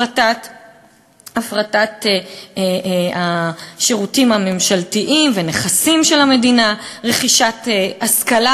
הפרטת השירותים הממשלתיים והנכסים של המדינה ורכישת השכלה